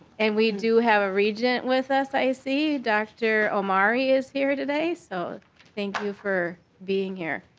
and we do have a regents with us i see. dr. amari is here today. so thank you for being here.